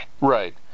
Right